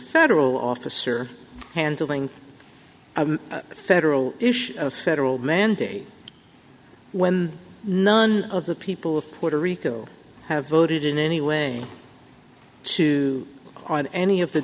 federal officer handling a federal issue a federal mandate when none of the people of puerto rico have voted in any way to go on any of the